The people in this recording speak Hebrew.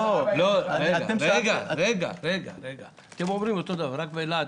אתם אומרים אותו דבר, רק בלהט.